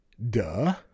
Duh